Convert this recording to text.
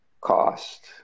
cost